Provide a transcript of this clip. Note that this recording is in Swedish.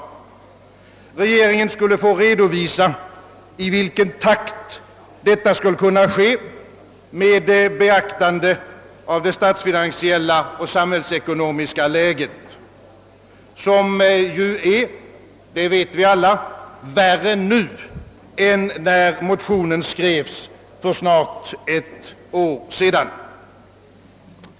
Motionärernas tanke var, att regeringen skulle ha fått redovisa i vilken takt detta reella genomförande skulle kunna ske med hänsyn till det statsfinansiella och ekonomiska läget, som ju är sämre nu än när motionen skrevs för snart ett år sedan.